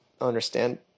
understand